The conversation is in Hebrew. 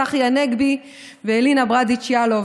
צחי הנגבי ואלינה ברדץ' יאלוב.